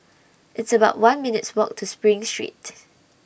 It's about one minutes' Walk to SPRING Street